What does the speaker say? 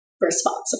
responsible